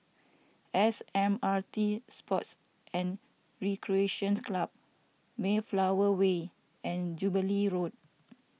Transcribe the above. S M R T Sports and Recreation Club Mayflower Way and Jubilee Road